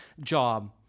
job